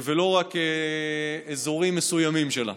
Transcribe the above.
ולא רק אזורים מסוימים שלה.